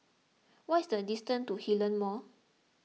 what is the distance to Hillion Mall